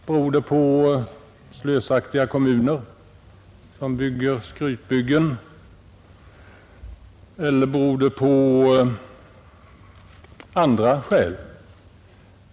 Beror den på slösaktiga kommuner som bygger skrytbyggen eller beror den på andra faktorer?